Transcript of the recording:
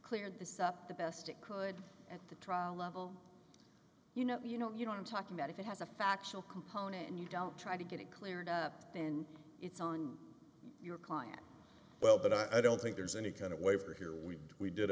cleared this up the best it could at the trial level you know you know you don't talk about if it has a factual component and you don't try to get it cleared up in it's on your client well but i don't think there's any kind of waiver here we we did